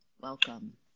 welcome